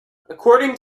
according